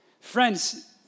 Friends